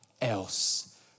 else